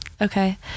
okay